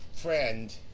friend